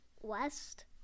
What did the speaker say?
west